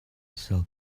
cell